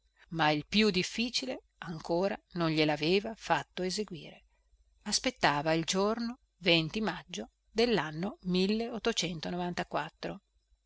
ma il più difficile ancora non glielaveva fatto eseguire aspettava il giorno venti maggio dellanno